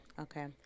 Okay